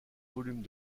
volumes